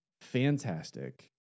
fantastic